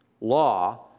law